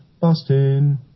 Boston